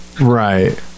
right